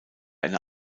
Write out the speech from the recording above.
eine